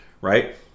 right